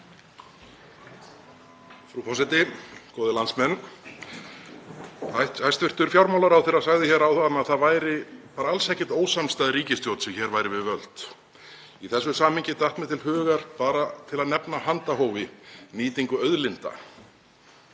Frú forseti. Góðir landsmenn. Hæstv. fjármálaráðherra sagði hér áðan að það væri bara alls ekkert ósamstæð ríkisstjórn sem hér væri við völd. Í þessu samhengi datt mér til hugar, bara til að nefna af handahófi, nýtingu auðlinda.